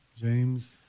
James